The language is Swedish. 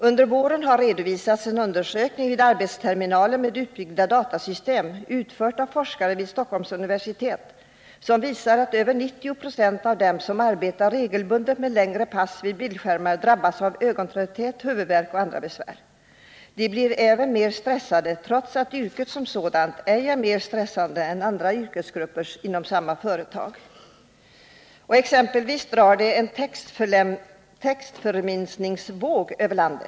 Under våren har redovisats en undersökning vid arbetsterminaler med utbyggda datasystem, utförd av forskare vid Stockholms universitet, som visar att över 90 26 av dem som arbetar regelbundet med längre pass vid bildskärmar drabbas av ögontrötthet, huvudvärk och andra besvär. De blir även mer stressade trots att yrket som sådant inte är mer stressande än för andra yrkesgrupper inom samma företag. Det drar också en textförminskningsvåg över landet.